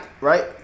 right